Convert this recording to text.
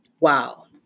Wow